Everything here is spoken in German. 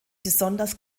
besonders